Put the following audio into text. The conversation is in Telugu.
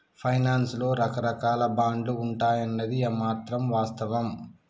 ఫైనాన్స్ లో రకరాకాల బాండ్లు ఉంటాయన్నది మాత్రం వాస్తవం